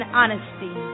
honesty